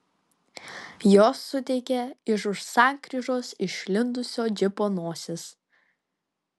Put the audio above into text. jos suteikė iš už sankryžos išlindusio džipo nosis